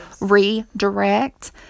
redirect